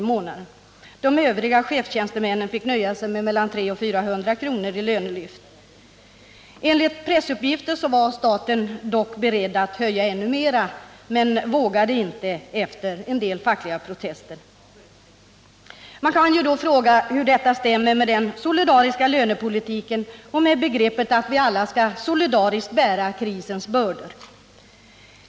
i månaden. De övriga chefstjänstemännen fick nöja sig med mellan 300 och 400 kr. i lönelyft. Enligt pressuppgifter var staten dock beredd att höja med ännu mera — upp till 7 96 — men vågade inte göra det efter en del fackliga protester. Man kan då fråga hur detta stämmer med den solidariska lönepolitiken och med begreppet att vi alla solidariskt skall bära krisens bördor.